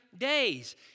days